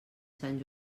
sant